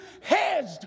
hedged